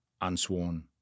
unsworn